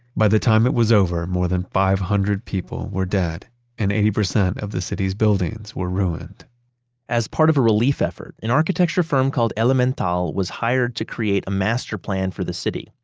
by the time it was over, more than five hundred people were dead and eighty percent of the city's buildings were ruined as part of a relief effort, an architecture firm called elemental was hired to create a master plan for the city,